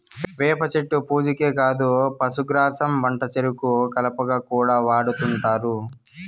వేప చెట్టు పూజకే కాదు పశుగ్రాసం వంటచెరుకు కలపగా కూడా వాడుతుంటారు